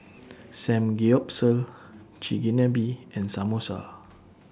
Samgeyopsal Chigenabe and Samosa